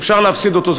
אפשר להפסיד אותו,